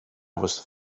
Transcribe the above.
was